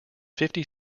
fifty